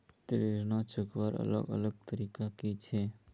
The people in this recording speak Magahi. ऋण चुकवार अलग अलग तरीका कि छे?